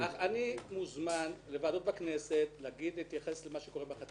אני מוזמן לוועדות בכנסת לומר את מה שקורה בחטיבה.